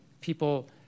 people